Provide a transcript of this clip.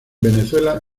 venezuela